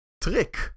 trick